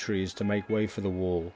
trees to make way for the wa